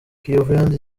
kiyovu